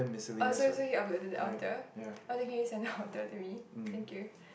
oh so so you upload to the outer oh then can you send outer to me thank you